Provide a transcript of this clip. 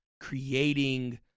creating